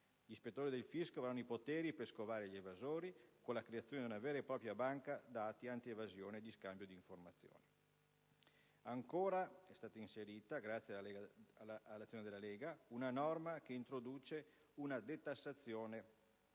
gli ispettori del fisco avranno i poteri per scovare gli evasori, con la creazione di una vera e propria banca dati antievasione e di scambio di informazioni. Ancora, è stata inserita, grazie all'azione della Lega, una norma che introduce una detassazione per chi